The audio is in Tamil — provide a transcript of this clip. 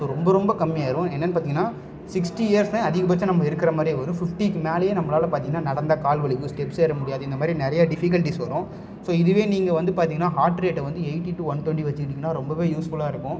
ரொம்ப ரொம்ப கம்மியாயிரும் என்னென்னு பார்த்திங்கன்னா சிக்ஸ்ட்டி இயர்ஸ் தான் அதிகப்பட்சம் நம்ப இருக்கிற மாதிரி வரும் ஃபிப்டிக்கு மேலையே நம்பளால் பார்த்திங்கன்னா நடந்தால் கால் வலிக்கும் ஸ்டெப்ஸ் ஏற முடியாது இந்த மாதிரி நிறைய டிஃபிகல்ட்டிஸ் வரும் ஸோ இதுவே நீங்கள் வந்து பார்த்திங்கன்னா ஹார்ட் ரேட்டை வந்து எயிட்டி டூ ஒன் டுவெண்ட்டி வச்சிக்கிட்டிங்கன்னா ரொம்பவே யூஸ் ஃபுல்லாக இருக்கும்